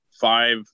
five